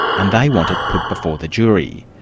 and they want it put before the jury.